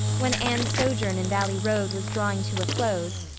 when anne's sojourn in valley road was drawing to a close,